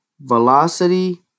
velocity